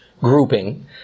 grouping